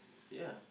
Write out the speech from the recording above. ya